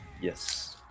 Yes